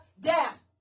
death